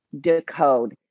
Decode